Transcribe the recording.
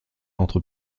entre